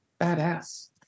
Badass